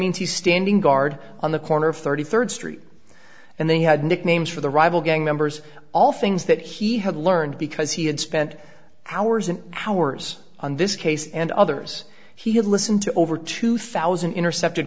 means he's standing guard on the corner of thirty third street and they had nicknames for the rival gang members all things that he had learned because he had spent hours and hours on this case and others he had listened to over two thousand intercepted